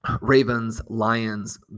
Ravens-Lions